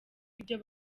ibyo